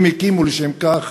הם הקימו לשכם כך